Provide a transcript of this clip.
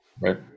right